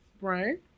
Right